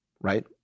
Right